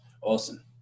awesome